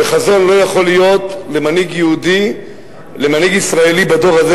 וחזון לא יכול להיות למנהיג ישראלי בדור הזה,